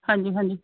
ਹਾਂਜੀ ਹਾਂਜੀ